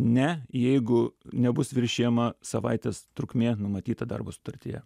ne jeigu nebus viršijama savaitės trukmė numatyta darbo sutartyje